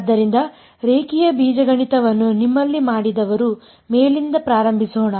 ಆದ್ದರಿಂದ ರೇಖೀಯ ಬೀಜಗಣಿತವನ್ನು ನಿಮ್ಮಲ್ಲಿ ಮಾಡಿದವರು ಮೇಲಿನಿಂದ ಪ್ರಾರಂಭಿಸೋಣ